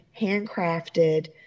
handcrafted